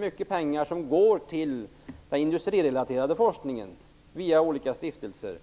Mycket pengar kommer att gå till den industrirelaterade forskningen via olika stiftelser.